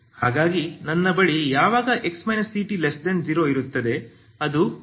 ಹಾಗಾಗಿ ನನ್ನ ಬಳಿ ಯಾವಾಗ x ct0 ಇರುತ್ತದೆ ಅದು 0xct